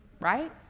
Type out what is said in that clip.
Right